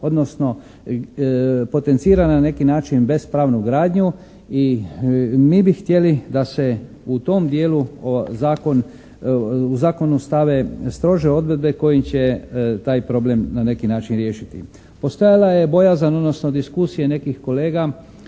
odnosno potencira na neki način bezpravnu gradnju i mi bi htjeli da se u tom dijelu zakon, u zakonu stave strože odredbe koji će taj problem na neki način riješiti. Postojala je bojazan odnosno diskusije nekih kolega